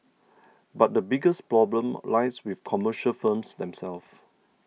but the biggest problem lies with commercial firms themselves